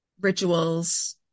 rituals